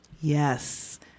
Yes